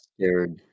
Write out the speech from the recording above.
scared